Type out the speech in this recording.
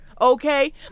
okay